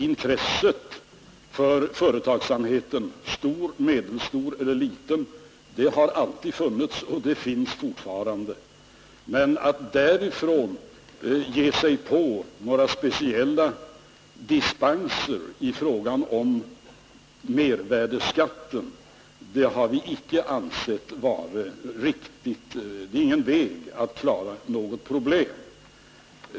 Intresset för företagsamheten — stor, medelstor eller liten — har alltid funnits och finns fortfarande, men att därifrån ge sig in på några speciella dispenser i fråga om mervärdeskatten, det har vi icke ansett vara riktigt. Det är ingen väg att klara något problem på.